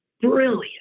Brilliant